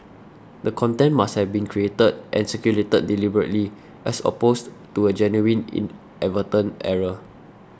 the content must have been created and circulated deliberately as opposed to a genuine inadvertent error